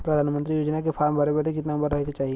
प्रधानमंत्री योजना के फॉर्म भरे बदे कितना उमर रहे के चाही?